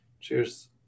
Cheers